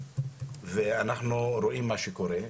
ומאחר שאנחנו רואים מה קורה,